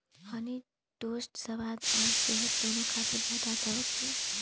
हनी toast स्वाद आ सेहत दूनो खातिर बहुत अच्छा होखेला